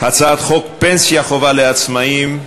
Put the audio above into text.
הצעת חוק פנסיה חובה לעצמאים,